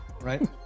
right